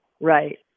right